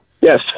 Yes